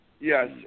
Yes